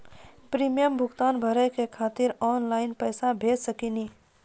Premium भुगतान भरे के खातिर ऑनलाइन पैसा भेज सकनी?